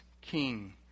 king